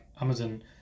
Amazon